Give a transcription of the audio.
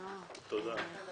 התמיכה המוסרית שלכם והאישית.